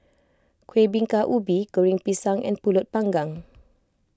Kueh Bingka Ubi Goreng Pisang and Pulut Panggang